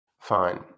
Fine